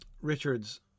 Richard's